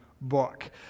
book